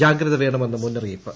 ജാഗ്രത വേണമെന്ന് മുന്നറിയിപ്പ്